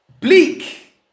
bleak